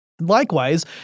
Likewise